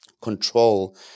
control